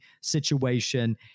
situation